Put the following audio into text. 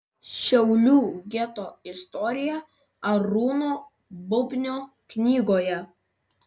šiaulių geto istorija arūno bubnio knygoje